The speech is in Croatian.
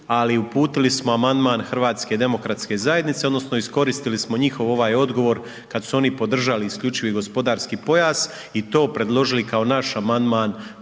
ali uputili smo amandman HDZ-a odnosno iskoristili smo njihov ovaj odgovor kad su oni podržali isključivi gospodarski pojas i to predložili kao naš amandman na